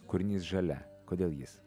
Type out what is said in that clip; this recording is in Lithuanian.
kūrinys žalia kodėl jis